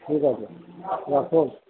ঠিক আছে রাখুন